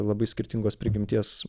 labai skirtingos prigimties